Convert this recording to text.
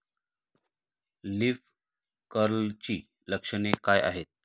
Leaf कर्लची लक्षणे काय आहेत?